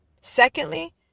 Secondly